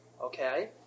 Okay